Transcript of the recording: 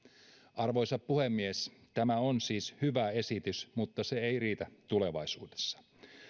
arvoisa puhemies tämä on siis hyvä esitys mutta se ei riitä tulevaisuudessa